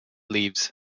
leaves